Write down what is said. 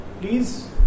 please